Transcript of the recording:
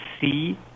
see